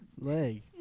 Leg